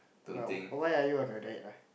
but why are you on a diet lah